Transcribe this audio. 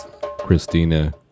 Christina